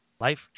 Life